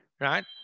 right